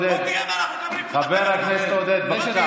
על מה אתה מדבר?